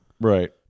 Right